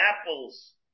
apples